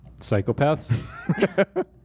Psychopaths